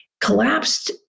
collapsed